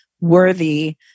worthy